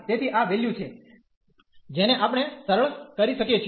તેથી આ વેલ્યુ છે જેને આપણે સરળ કરી શકીએ છીએ